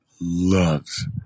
loves